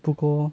不够 lor